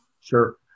Sure